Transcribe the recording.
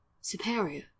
superior